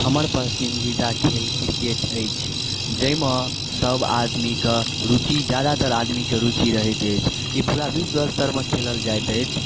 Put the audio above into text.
हमर पसन्दीदा खेल क्रिकेट अछि जाहिमे सब आदमीके रूचि जादातर आदमीके रूचि रहैत अछि ई पूरा विश्व स्तरपर खेलल जाइत अछि